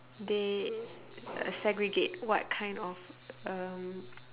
they uh segregate what kind of um